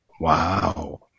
Wow